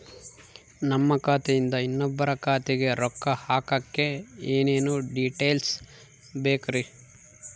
ನಮ್ಮ ಖಾತೆಯಿಂದ ಇನ್ನೊಬ್ಬರ ಖಾತೆಗೆ ರೊಕ್ಕ ಹಾಕಕ್ಕೆ ಏನೇನು ಡೇಟೇಲ್ಸ್ ಬೇಕರಿ?